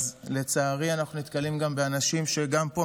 לצערי אנחנו נתקלים באנשים שגם פה,